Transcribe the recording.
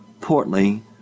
portly